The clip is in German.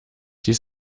dies